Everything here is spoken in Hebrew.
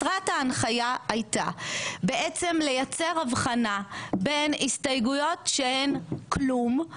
מטרת ההנחיה הייתה לייצר הבחנה בין הסתייגויות שהן כלום,